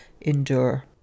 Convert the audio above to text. endure